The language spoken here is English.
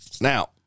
Now